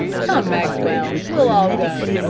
come, maxwell, we'll all go.